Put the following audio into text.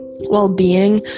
well-being